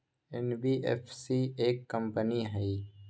NBFC एक company हई?